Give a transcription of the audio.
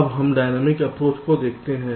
अब हम dynamic approach को देखते हैं